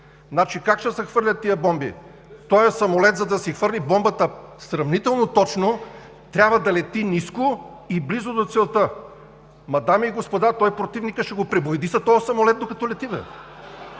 Как ще се хвърлят тези бомби? Този самолет, за да си хвърли бомбата сравнително точно, трябва да лети ниско и близо до целта. Ама, дами и господа, той противникът ще го пребоядиса този самолет, докато лети, бе?